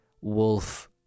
wolf